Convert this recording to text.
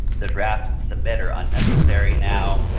the draft and submit are unnecessary now.